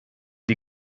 die